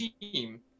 team